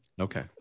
Okay